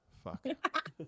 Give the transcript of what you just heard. Fuck